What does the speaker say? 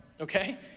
okay